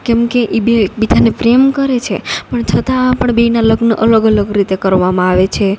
કેમકે ઈ બે એકબીજાને પ્રેમ કરે છે પણ છતાં પણ બેયનાં લગ્ન અલગ અલગ રીતે કરવામાં આવે છે